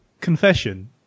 confession